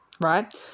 right